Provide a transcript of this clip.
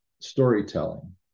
storytelling